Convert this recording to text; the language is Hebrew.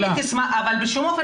זה משהו אחר,